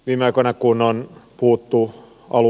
viime aikoina kunhan puuttuu halu